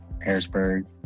Harrisburg